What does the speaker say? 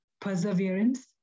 Perseverance